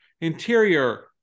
interior